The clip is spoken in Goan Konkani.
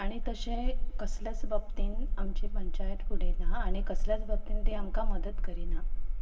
आनी तशे कसल्याच बाबतीन आमची पंचायत फुडें ना आनी कसल्याच बाबतीन ते आमकां मदत करिना